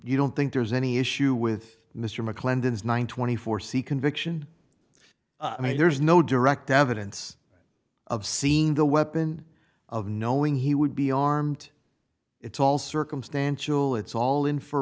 you don't think there's any issue with mr mclendon one twenty four c conviction i mean there's no direct evidence of seeing the weapon of knowing he would be armed it's all circumstantial it's all in